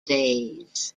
days